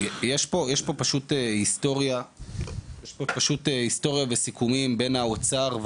יש פה פשוט היסטוריה וסיכומים בין האוצר,